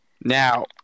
Now